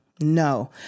No